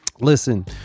listen